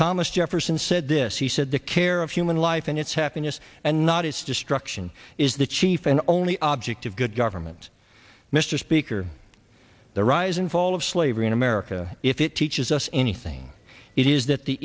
thomas jefferson said this he said the care of human life and its happiness and not its destruction is the chief and only object of good government mr speaker the rise and fall of slavery in america if it teaches us anything it is that the